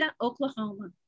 Oklahoma